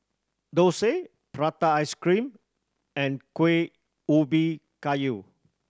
dosa prata ice cream and Kuih Ubi Kayu